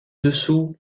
dessous